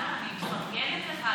מותר, אני מפרגנת לך.